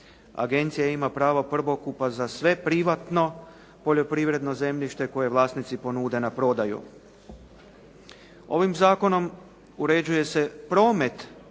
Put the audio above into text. Agencija ima pravo prvokupa za sve privatno poljoprivredno zemljište koje vlasnici ponude na prodaju. Ovim zakonom uređuje se promet